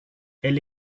elle